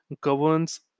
governs